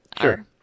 Sure